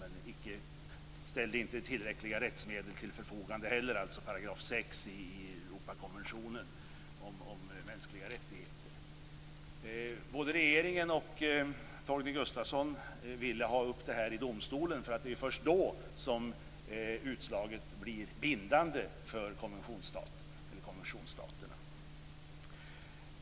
6 § i Europakonventionen om mänskliga rättigheter ställde inte tillräckliga rättsmedel till förfogande heller. Både regeringen och Torgny Gustafsson ville ha upp detta i domstolen, för det är först då som utslaget blir bindande för konventionsstaterna.